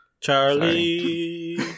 Charlie